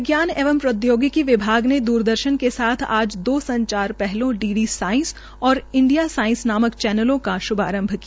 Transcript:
विज्ञान एवं प्रौदयागिकी विभाग ने द्रदर्शन के साथ आज दी संचार पहलों डी डी साइंस और इंडिया साइंस नामक चैनलों का श्भारंभ किया